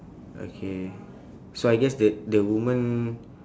okay so I guess the the woman